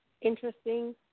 interesting